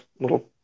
little